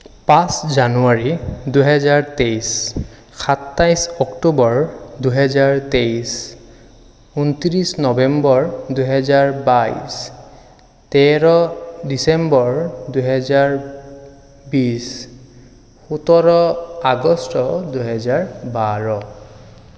পাঁচ জানুৱাৰী দুহেজাৰ তেইছ সাতাইছ অক্টোবৰ দুহেজাৰ তেইছ উনত্ৰিছ নৱেম্বৰ দুহেজাৰ বাইছ তেৰ ডিচেম্বৰ দুহেজাৰ বিছ সোতৰ আগষ্ট দুহেজাৰ বাৰ